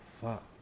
fuck